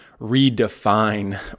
redefine